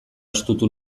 estutu